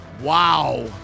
Wow